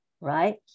right